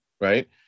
right